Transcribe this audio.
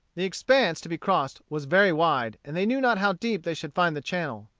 the expanse to be crossed was very wide, and they knew not how deep they should find the channel.